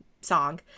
song